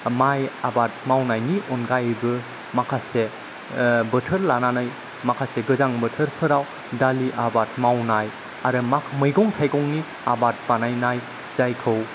माइ आबाद मावनायनि अनगायैबो माखासे बोथोर लानानै माखासे गोजां बोथोरफोराव दालि आबाद मावनाय आरो मा मैगं थाइगंनि आबाद बानायनाय जायखौ